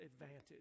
advantage